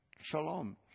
Shalom